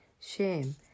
shame